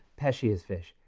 pesce yeah is fish.